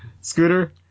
Scooter